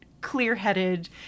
clear-headed